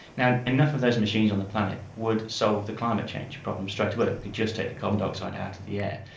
now enough of those machines on the planet would solve the climate change problem straight away, if we could just take the carbon dioxide out of the air.